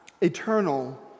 Eternal